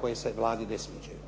koje se Vladi ne sviđaju.